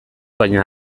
baina